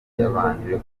yabanje